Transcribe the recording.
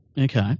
Okay